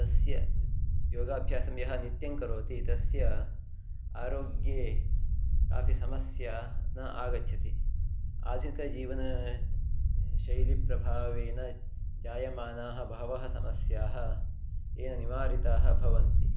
तस्य योगाभ्यासं यः नित्यं करोति तस्य आरोग्ये कापि समस्या न आगच्छति आधुनिकजीवनाशैलीप्रभावेन जायमानाः बहवः समस्याः तेन निवारिताः भवन्ति